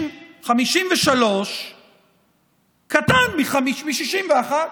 53 קטן מ-61.